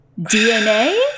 DNA